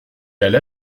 alla